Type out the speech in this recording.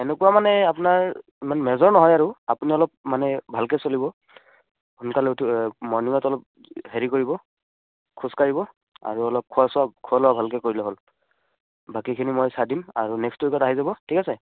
এনেকুৱা মানে আপোনাৰ ইমান মেজৰ নহয় আৰু আপোনালোক মানে ভালকৈ চলিব সোনকালে উঠ মৰ্ণিঙত অলপ হেৰি কৰিব খোজ কাঢ়িব আৰু অলপ খোৱা চোৱা খোৱা লোৱা ভালকৈ কৰিলে হ'ল বাকীখিনি মই চাই দিম আৰু নেক্সট ৱিকত আহি যাব ঠিক আছে